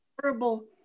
horrible